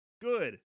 good